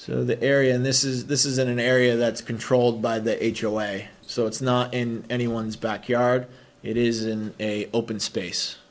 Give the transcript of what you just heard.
so the area and this is this is an area that's controlled by the h l a so it's not in anyone's backyard it is in a open space